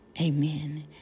Amen